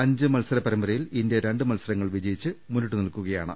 അഞ്ച് മത്സര പരമ്പരയിൽ ഇന്ത്യ രണ്ട് മത്സര ങ്ങൾ ജയിച്ച് മുന്നിട്ട് നിൽക്കുകയാണ്